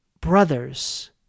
brother's